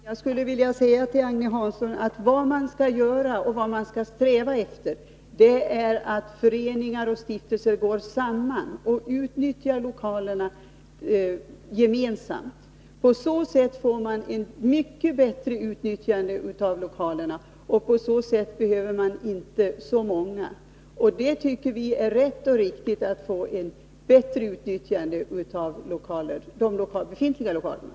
Fru talman! Jag skulle vilja säga till Agne Hansson att vad man skall göra och vad man skall sträva efter är att föreningar och stiftelser går samman och utnyttjar lokalerna gemensamt. På så sätt får man ett mycket bättre utnyttjande av lokalerna, och man behöver inte så många. Vi tycker att det är bra att man får ett bättre utnyttjande av de befintliga lokalerna.